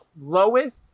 lowest